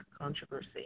controversy